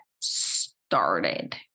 started